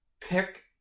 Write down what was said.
pick